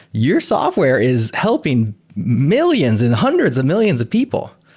your software is helping millions and hundreds of millions of people.